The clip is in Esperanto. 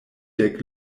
dek